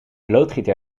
loodgieter